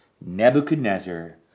Nebuchadnezzar